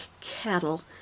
cattle